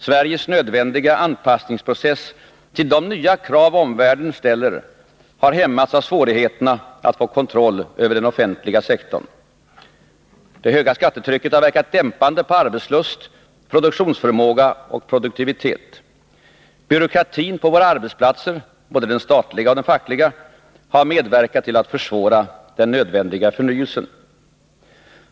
Sveriges nödvändiga anpassningsprocess till de nya krav omvärlden ställer har hämmats av svårigheterna att få kontroll över den offentliga sektorn. Det höga skattetrycket har verkat dämpande på arbetslust, produktionsförmåga och produktivitet. Byråkratin på våra arbetsplatser — både den statliga och den fackliga — har medverkat till att försvåra den nödvändiga förnyelsen.